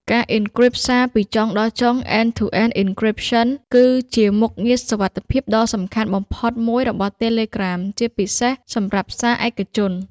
ការអ៊ិនគ្រីបសារពីចុងដល់ចុង (end-to-end encryption) គឺជាមុខងារសុវត្ថិភាពដ៏សំខាន់បំផុតមួយរបស់ Telegram ជាពិសេសសម្រាប់ សារឯកជន។